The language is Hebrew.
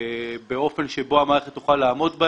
באופן שבו המערכת תוכל לעמוד.